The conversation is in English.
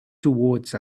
towards